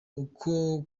uko